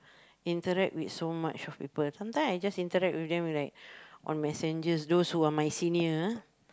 interact with so much of people sometime I just interact with them with like on messenger those who are my senior